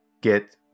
get